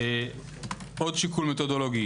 עוד שיקול מתודולוגי